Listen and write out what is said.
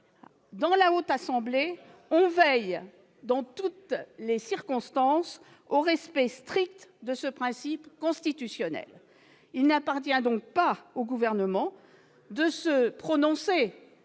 la Haute Assemblée veille, en toutes circonstances, au respect strict de ce principe constitutionnel ; il n'appartient donc pas au Gouvernement de se prononcer